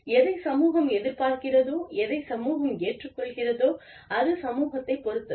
எதை சமூகம் எதிர்பார்க்கிறதோ எதை சமூகம் ஏற்றுக்கொள்கிறதோ அது சமூகத்தைப் பொறுத்தது